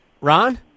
Ron